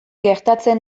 gertatzen